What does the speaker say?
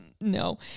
no